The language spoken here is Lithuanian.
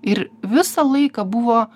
ir visą laiką buvo